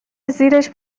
زیرش